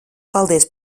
paldies